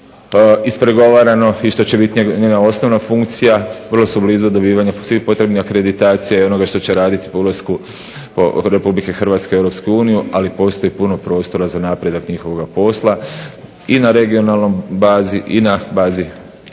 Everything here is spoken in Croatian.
što će bit njena osnovna funkcija. Vrlo su blizu dobivanja svih potrebnih akreditacija i onog što se radit po ulasku Republike Hrvatske u EU, ali postoji puno prostora za napredak njihovoga posla i na regionalnoj bazi i na bazi …/Ne